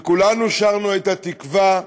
וכולנו שרנו את "התקווה"